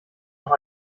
noch